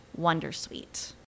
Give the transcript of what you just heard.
wondersuite